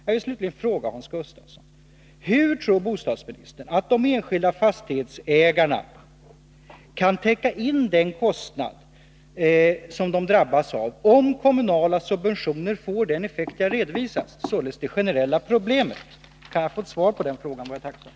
Jag vill slutligen fråga Hans Gustafsson: Hur tror bostadsministern att de enskilda fastighetsägarna kan täcka in den kostnad som de drabbas av om kommunala subventioner får den effekt jag redovisat, således det generella problemet? Kan jag få svar på den frågan är jag tacksam.